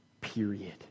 Period